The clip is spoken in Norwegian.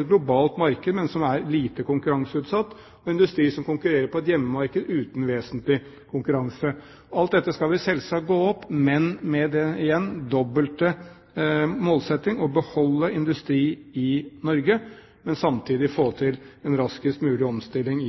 et globalt marked, men som er lite konkurranseutsatt, og industri som konkurrerer på et hjemmemarked uten vesentlig konkurranse. Alt dette skal vi selvsagt gå opp, men – igjen – med den dobbelte målsetting: å beholde industri i Norge og samtidig få til en raskest mulig omstilling